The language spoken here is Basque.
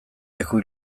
leku